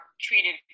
treated